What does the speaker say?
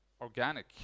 organic